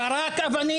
זרק אבנים.